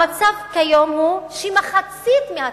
המצב כיום הוא שמחצית מהתלמידים,